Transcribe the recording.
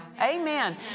Amen